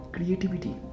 Creativity